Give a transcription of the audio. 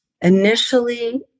Initially